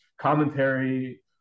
commentary